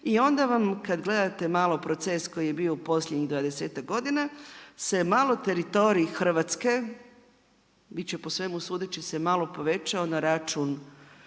i onda vam, kad gledate malo proces koji je bio u posljednjih 20-tak godina, se malo teritorij Hrvatske, di će po svemu sudeći se malo povećao na račun